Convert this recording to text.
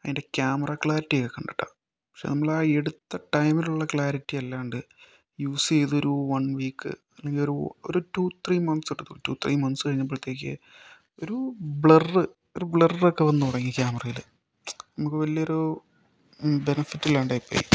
അതിൻ്റെ camera clarity കണ്ടിട്ടാണ് പക്ഷെ നമ്മളാ എടുത്ത ടൈമിലുള്ള ക്ലാരിറ്റിയല്ലാണ്ട് യൂസ് ചെയ്തൊരു വൺ വീക്ക് അല്ലെങ്കിൽ ഒരു ഒരു two three months two three months കഴിഞ്ഞപ്പോഴത്തേക്ക് ഒരു ബ്ലർ ഒരു ബ്ലർറൊക്കെ വന്ന് തുടങ്ങി ക്യാമറയിൽ നമുക്ക് വലിയൊരു ബെനഫിറ്റില്ലാണ്ടായി പോയി